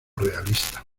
realista